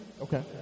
Okay